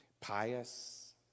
pious